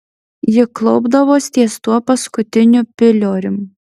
ji klaupdavos ties tuo paskutiniu piliorium